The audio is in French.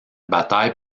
bataille